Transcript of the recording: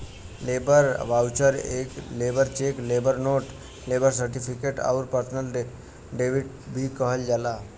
labour voucher एके labour cheque, labour note, labour certificate आउर personal credit भी कहल जाला